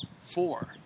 four